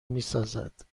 میسازد